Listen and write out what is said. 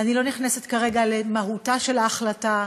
ואני לא נכנסת כרגע למהותה של ההחלטה,